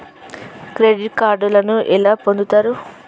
Credit కార్డులను ఎట్లా పొందుతరు?